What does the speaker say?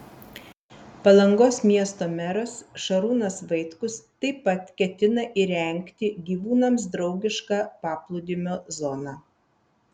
palangos miesto meras šarūnas vaitkus taip pat ketina įrengti gyvūnams draugišką paplūdimio zoną